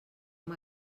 amb